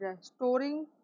storing